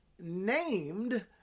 named